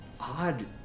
odd